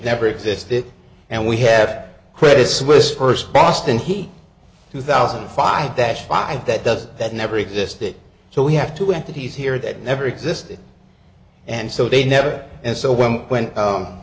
never existed and we had credit suisse first boston he two thousand and five that five that does that never existed so we have two entities here that never existed and so they never and so when w